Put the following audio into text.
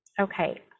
Okay